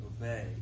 obey